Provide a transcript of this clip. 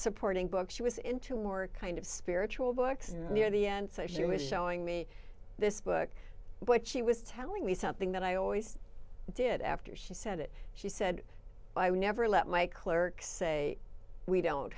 supporting books she was into work kind of spiritual books near the end so she was showing me this book but she was telling me something that i always did after she said it she said i would never let my clerks say we don't